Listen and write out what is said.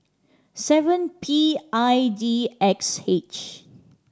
seven P I D X H